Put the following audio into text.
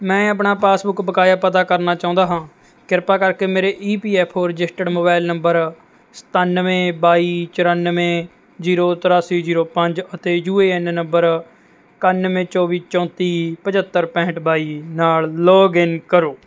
ਮੈਂ ਆਪਣਾ ਪਾਸਬੁੱਕ ਬਕਾਇਆ ਪਤਾ ਕਰਨਾ ਚਾਹੁੰਦਾ ਹਾਂ ਕਿਰਪਾ ਕਰਕੇ ਮੇਰੇ E P F O registered mobile number ਸਤਾਨਵੇਂ ਬਾਈ ਚੁਰਾਨਵੇਂ ਜ਼ੀਰੋ ਤਰਾਸੀ ਜ਼ੀਰੋ ਪੰਜ ਅਤੇ ਯੂ ਏ ਐਨ ਨੰਬਰ ਇਕਾਨਵੇਂ ਚੌਵੀ ਚੌਂਤੀ ਪੰਝੱਤਰ ਪੈਂਹਠ ਬਾਈ ਨਾਲ ਲੌਗਇਨ ਕਰੋ